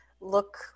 look